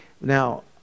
Now